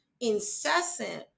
incessant